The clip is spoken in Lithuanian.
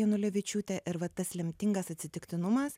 janulevičiūtę ir va tas lemtingas atsitiktinumas